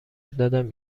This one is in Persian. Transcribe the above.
دادم